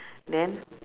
then